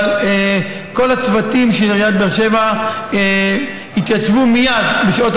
אבל כל הצוותים של עיריית באר שבע התייצבו מייד בשעות